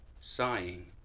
sighing